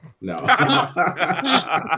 No